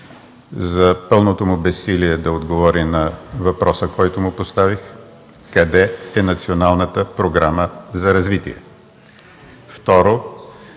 за пълното му безсилие да отговори на въпроса, който му поставих: къде е Националната програма за развитие?